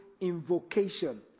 invocation